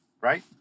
right